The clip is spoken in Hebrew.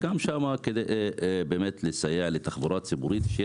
כדי לסייע לתחבורה הציבורית כך שתהיה